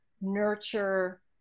nurture